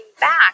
back